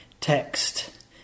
text